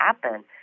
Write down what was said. happen